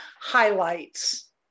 highlights